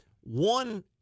one